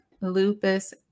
lupus